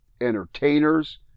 entertainers